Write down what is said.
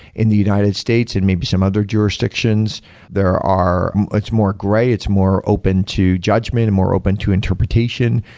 in the united states and maybe some other jurisdictions there are it's more great. it's more open to judgment and more open to interpretation.